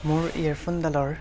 মোৰ য়েৰ ফোনডালৰ